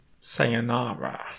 Sayonara